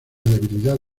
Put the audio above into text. debilidad